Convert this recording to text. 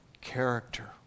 character